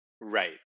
Right